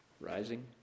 Rising